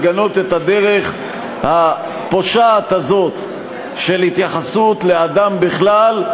לגנות את הדרך הפושעת הזאת של התייחסות לאדם בכלל,